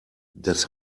das